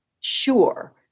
sure